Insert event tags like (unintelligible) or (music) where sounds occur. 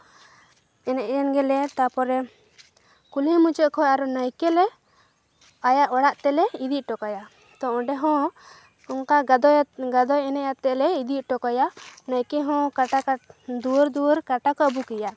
ᱮᱱᱮᱡ ᱮᱱ ᱜᱮᱞᱮ ᱛᱟᱯᱚᱨᱮ ᱠᱩᱞᱦᱤ ᱢᱩᱪᱟᱹᱫ ᱠᱷᱚᱡ ᱟᱨᱚ ᱱᱟᱭᱠᱮᱞᱮ ᱟᱭᱟᱜ ᱚᱲᱟᱜ ᱛᱮᱞᱮ ᱤᱫᱤ ᱦᱚᱴᱚ ᱠᱟᱭᱟ ᱛᱚ ᱚᱸᱰᱮᱦᱚᱸ ᱚᱱᱠᱟ ᱜᱟᱫᱚᱭ ᱜᱟᱫᱚᱭ ᱮᱱᱮᱡ ᱟᱛᱮ ᱜᱮᱞᱮ ᱤᱫᱤ ᱦᱚᱴᱚ ᱠᱟᱭᱟ ᱱᱟᱭᱠᱮ ᱦᱚᱸ ᱠᱟᱴᱟ (unintelligible) ᱫᱩᱣᱟᱹᱨ ᱫᱩᱣᱟᱹᱨ ᱠᱟᱴᱟ ᱠᱚ ᱟᱹᱵᱩᱠᱮᱭᱟ